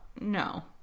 no